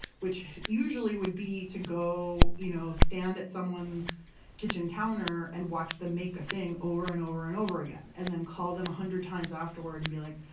which usually would be to go you know stand at someone's kitchen counter and watch them make a thing over and over and over again, and then call them a hundred times afterward and be like,